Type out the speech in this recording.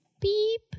Beep